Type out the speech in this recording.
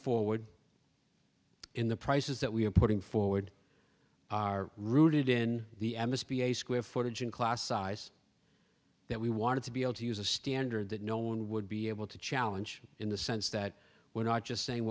forward in the prices that we are putting forward are rooted in the m s p a square footage in class size that we wanted to be able to use a standard that no one would be able to challenge in the sense that we're not just saying